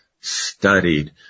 studied